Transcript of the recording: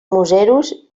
museros